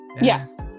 yes